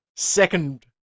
Second